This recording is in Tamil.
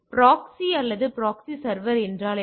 எனவே ப்ராக்ஸி அல்லது ப்ராக்ஸி சர்வர் என்றால் என்ன